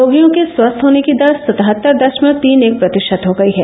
रोगियों के स्वस्थ होने की दर सतहत्तर दशमलव तीन एक प्रतिशत हो गयी है